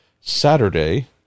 saturday